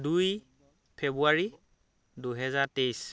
দুই ফেব্ৰুৱাৰী দুহেজাৰ তেইছ